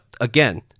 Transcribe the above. again